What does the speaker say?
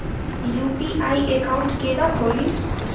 UPI account केना खोलि?